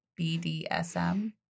BDSM